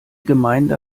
gemeinde